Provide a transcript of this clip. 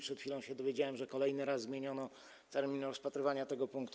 Przed chwilą się dowiedziałem, że kolejny raz zmieniono termin rozpatrywania tego punktu.